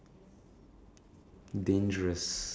not sure what what what do you think